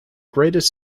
greatest